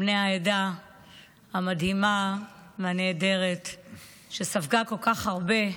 בני העדה המדהימה והנהדרת שספגה כל כך הרבה,